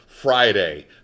Friday